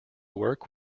work